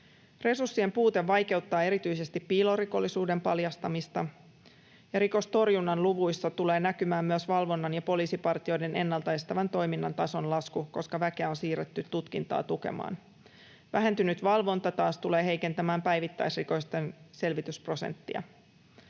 Resurssien puute vaikeuttaa erityisesti piilorikollisuuden paljastamista, ja rikostorjunnan luvuissa tulee näkymään myös valvonnan ja poliisipartioiden ennalta estävän toiminnan tason lasku, koska väkeä on siirretty tutkintaa tukemaan. Vähentynyt valvonta taas tulee heikentämään päivittäisrikosten selvitysprosenttia.